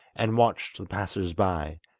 and watched the passers-by,